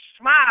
smile